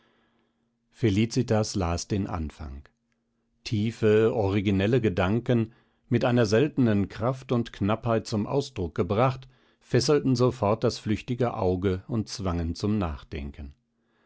felicitas las den anfang tiefe originelle gedanken mit einer seltenen kraft und knappheit zum ausdruck gebracht fesselten sofort das flüchtige auge und zwangen zum nachdenken